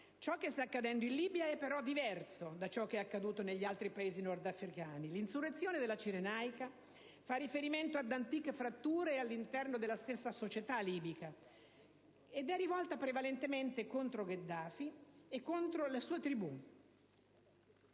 Ciò che sta accadendo in Libia è però diverso da ciò che è accaduto negli altri Paesi nordafricani. L'insurrezione della Cirenaica fa riferimento ad antiche fratture all'interno della stessa società libica ed è rivolta prevalentemente contro Gheddafi e contro la sua tribù.